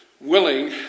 willing